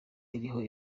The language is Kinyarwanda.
iriho